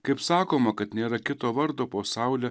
kaip sakoma kad nėra kito vardo po saule